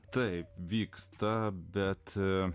taip vyksta bet